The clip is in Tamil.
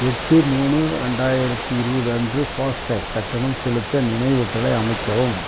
எட்டு மூணு ரெண்டாயிரத்தி இருபது அன்று ஃபாஸ்டேக் கட்டணம் செலுத்த நினைவூட்டலை அமைக்கவும்